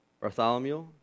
Bartholomew